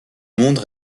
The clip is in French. monde